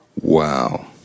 Wow